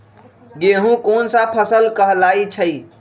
गेहूँ कोन सा फसल कहलाई छई?